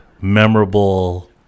memorable